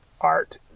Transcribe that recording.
art